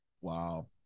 wow